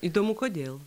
įdomu kodėl